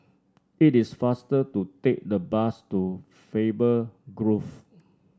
it is faster to take the bus to Faber Grove